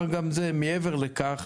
אומר גם זה, מעבר לכך,